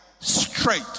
straight